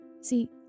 See